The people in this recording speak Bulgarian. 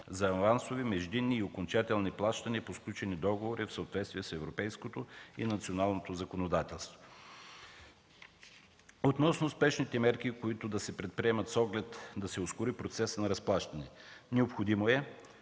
за авансови, междинни и окончателни плащания по сключени договори, в съответствие с европейското и националното законодателство. Относно спешните мерки, които да се предприемат, с оглед да се ускори процесът на разплащане. Необходимо е